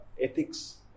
ethics